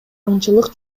аңчылык